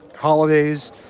holidays